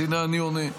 אז הינה אני עונה: